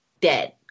dead